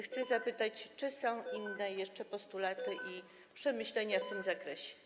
Chcę zapytać, czy są jeszcze inne postulaty i przemyślenia w tym zakresie.